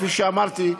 כפי שאמרתי,